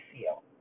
feel